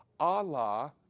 Allah